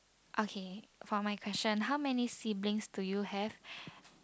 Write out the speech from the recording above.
okay for my question how many siblings do you have